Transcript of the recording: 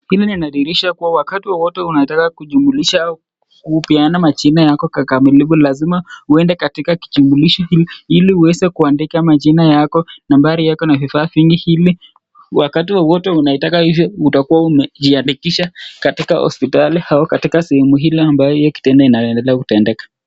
Hili linadhihirisha kuwa wakati wowote unaweza kujumlisha au kupeana majina yako kikamilifu lazima uende katika kijumulishi hii ili uweze kuandika majina yako, nambari yako na vifaa vingi ili wakati wowote unataka hivyo utakua umejiandikisha katika hospitali au katika sehemu hilo ambalo hio kitendo inaendelea kutendeka.